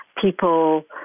people